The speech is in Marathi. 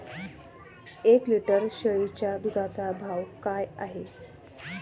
एक लिटर शेळीच्या दुधाचा भाव काय आहे?